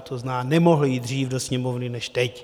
To znamená, nemohl jít dřív do Sněmovny než teď.